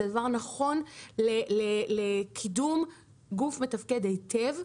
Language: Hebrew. זה הדבר הנכון לקידום גוף מתפקד היטב,